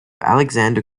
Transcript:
alexander